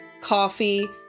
coffee